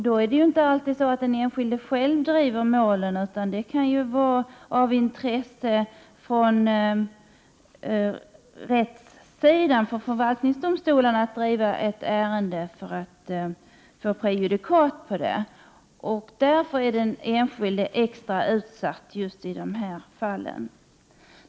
Det är inte alltid som den enskilde själv driver ett mål utan det kan vara av intresse på rättssidan, t.ex. för förvaltningsdomstolarna, att driva ett ärende för att få ett prejudikat. Därför är den enskilde extra utsatt just i sådana här fall.